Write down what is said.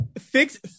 fix